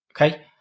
okay